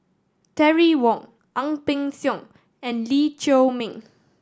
Terry Wong Ang Peng Siong and Lee Chiaw Meng